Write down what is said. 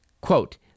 quote